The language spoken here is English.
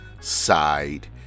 side